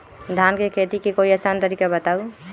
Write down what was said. धान के खेती के कोई आसान तरिका बताउ?